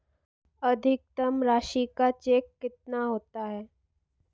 अधिकतम राशि का चेक कितना होता है?